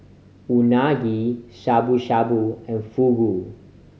Unagi Shabu Shabu and Fugu